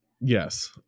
Yes